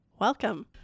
Welcome